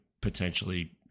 potentially